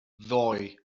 ddoi